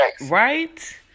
right